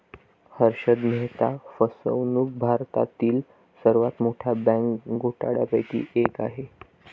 हर्षद मेहता फसवणूक भारतातील सर्वात मोठ्या बँक घोटाळ्यांपैकी एक आहे